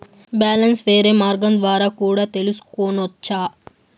Balance వేరే మార్గం ద్వారా కూడా తెలుసుకొనొచ్చా?